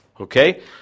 Okay